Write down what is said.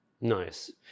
Nice